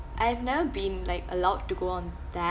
I've never been like allowed to go on that